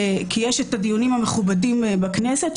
יש דיונים מכובדים בכנסת,